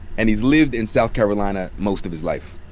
and he's lived in south carolina most of his life.